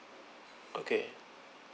okay